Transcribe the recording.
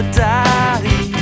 daddy